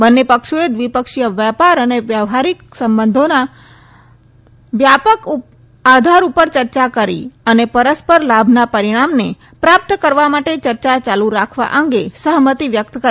બંને પક્ષોએ દ્વિપક્ષીય વેપાર અને વ્યાપારિક સંબંધોના વ્યાપક આધાર ઉપર ચર્ચા કરી અને પરસ્પર લાભના પરીણામને પ્રાપ્ત કરવા માટે ચર્ચા ચાલુ રાખવા અંગે સહમતી વ્યકત કરી